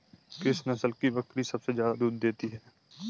किस नस्ल की बकरी सबसे ज्यादा दूध देती है?